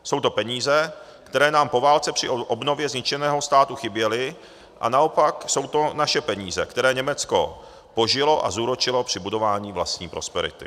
Jsou to peníze, které nám po válce při obnově zničeného státu chyběly, a naopak jsou to naše peníze, které Německo použilo a zúročilo při budování vlastní prosperity.